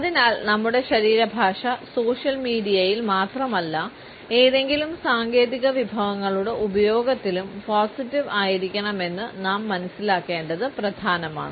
അതിനാൽ നമ്മുടെ ശരീരഭാഷ സോഷ്യൽ മീഡിയയിൽ മാത്രമല്ല ഏതെങ്കിലും സാങ്കേതിക വിഭവങ്ങളുടെ ഉപയോഗത്തിലും പോസിറ്റീവ് ആയിരിക്കണമെന്ന് നാം മനസ്സിലാക്കേണ്ടത് പ്രധാനമാണ്